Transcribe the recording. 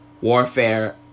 warfare